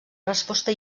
resposta